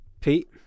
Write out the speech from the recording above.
pete